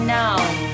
now